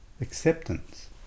Acceptance